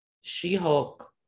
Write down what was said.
She-Hulk